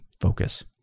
focus